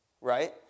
right